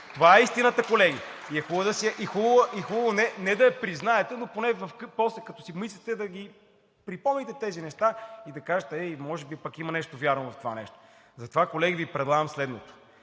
Това е истината, колеги, и е хубаво – не да я признаете, но поне после, като се замислите, да си припомните тези неща и да си кажете: ей, може би пък има нещо вярно в това нещо! Затова, колеги, Ви предлагам следното: